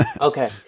Okay